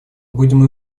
будем